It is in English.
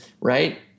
Right